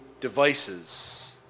devices